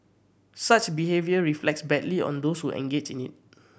such behaviour reflects badly on those who engage in it